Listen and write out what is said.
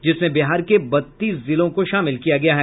जिसमें बिहार के बत्तीस जिलों को शामिल किया गया है